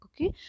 okay